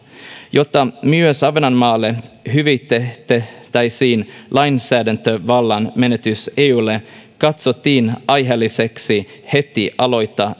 jotta myös ahvenanmaalle hyvitettäisiin lainsäädäntövallan menetys eulle katsottiin aiheelliseksi heti aloittaa